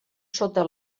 sota